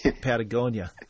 Patagonia